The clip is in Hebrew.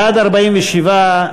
בעד, 47,